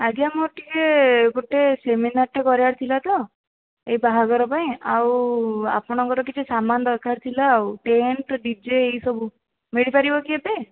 ଆଜ୍ଞା ମୋର ଟିକିଏ ଗୋଟେ ସେମିନାର୍ଟା କରିବାର ଥିଲା ତ ଏହି ବାହାଘର ପାଇଁ ଆଉ ଆପଣଙ୍କର କିଛି ସାମାନ ଦରକାର ଥିଲା ଆଉ ଟେଣ୍ଟ ଡିଜେ ଏହିସବୁ ମିଳିପାରିବ କି ଏବେ